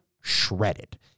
shredded